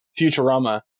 Futurama